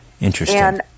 Interesting